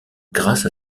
grâce